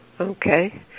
Okay